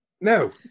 No